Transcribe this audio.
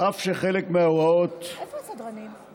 איפה הסדרנים?